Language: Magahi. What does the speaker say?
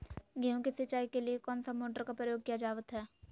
गेहूं के सिंचाई के लिए कौन सा मोटर का प्रयोग किया जावत है?